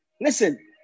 Listen